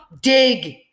Dig